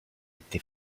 été